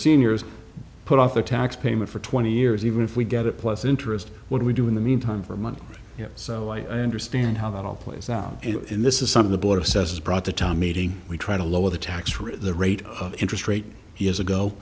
seniors put off their tax payment for twenty years even if we get it plus interest what we do in the meantime for money so i understand how that all plays out in this is some of the border says brought the town meeting we try to lower the tax rate the rate of interest rate years ago